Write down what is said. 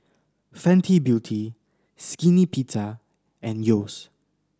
Fenty Beauty Skinny Pizza and Yeo's